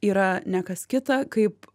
yra ne kas kita kaip